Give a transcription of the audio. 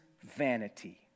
vanity